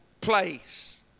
place